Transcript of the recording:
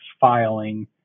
filing